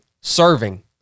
serving